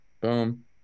Boom